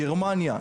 גרמניה,